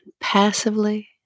Passively